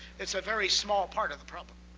it's a very small part of the problem.